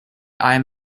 i’m